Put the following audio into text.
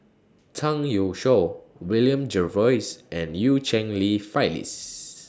Chang Youshuo William Jervois and EU Cheng Li Phyllis